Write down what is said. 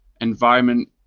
environment